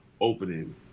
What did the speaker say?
opening